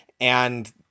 and-